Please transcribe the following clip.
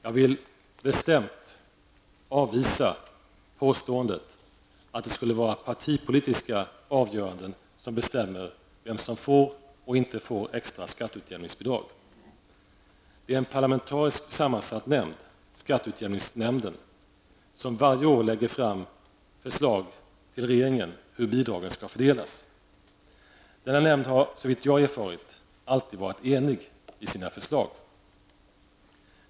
Jag vill bestämt avvisa påståendet att det skulle vara partipolitiska avgöranden som bestämmer vem som får och inte får extra skatteutjämningsbidrag. Det är en parlamentariskt sammansatt nämnd -- skatteutjämningsnämnden -- som varje år lägger fram förslag till regeringen hur bidragen skall fördelas. Denna nämnd har, såvitt jag erfarit, alltid varit enig i sina förslag.